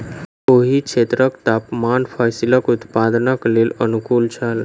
ओहि क्षेत्रक तापमान फसीलक उत्पादनक लेल अनुकूल छल